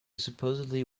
supposedly